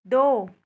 दो